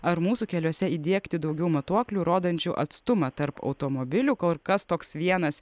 ar mūsų keliuose įdiegti daugiau matuoklių rodančių atstumą tarp automobilių kol kas toks vienas